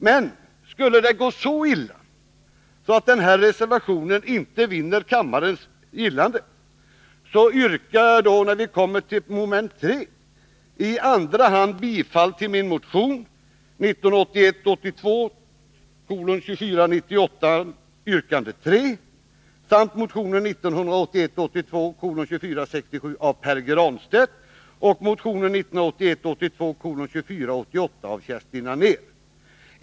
Men skulle det gå så illa att den här reservationen inte vinner kammarens gillande yrkar jag under mom. 3 i andra hand bifall till min motion 1981 82:2467 av Pär Granstedt och motion 1981/82:2488 av Kerstin Anér.